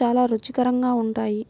చాలా రుచికరంగా ఉంటాయి